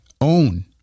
own